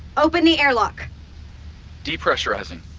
open the airlock de-pressurizing.